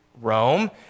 Rome